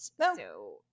So-